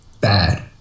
bad